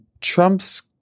Trump's